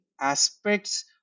aspects